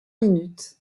minutes